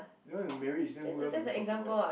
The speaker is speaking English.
that one is just who else would we talk about